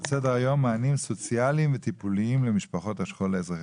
על סדר היום מענים סוציאליים וטיפוליים למשפחות השכול האזרחי.